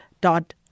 dot